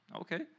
Okay